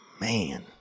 man